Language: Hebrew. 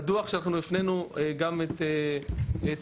בדו"ח שאנחנו הפננו גם את הוועדה,